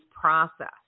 process